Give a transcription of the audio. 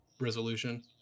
resolution